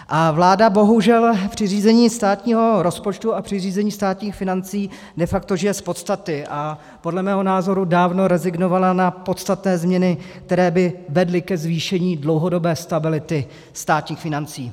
A vláda bohužel při řízení státního rozpočtu a při řízení státních financí de facto žije z podstaty a podle mého názoru dávno rezignovala na podstatné změny, které by vedly ke zvýšení dlouhodobé stability státních financí.